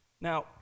Now